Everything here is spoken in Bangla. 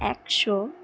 একশো